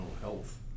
health